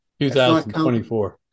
2024